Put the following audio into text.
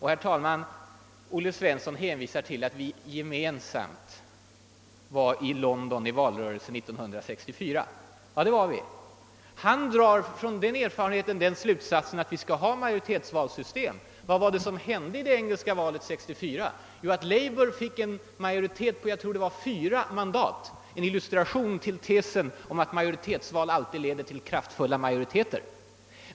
Herr Svensson hänvisar till att vi gemensamt var i London under valrörelsen 1964. Ja, det var vi. Från den erfarenheten drar herr Svensson den slutsatsen att vi skall ha majoritetsvalsystem här hemma. Men vad hände under det engelska valet 1964? Jo, labourpartiet fick en majoritet på fyra mandat, om jag minns rätt. Det var verkligen en illustration så god som någon till tesen att majoritetsval alltid leder till kraftfulla majoriteter.